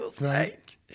right